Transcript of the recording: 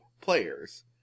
players